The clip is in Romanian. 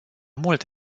mult